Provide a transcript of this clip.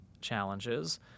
challenges